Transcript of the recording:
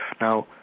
now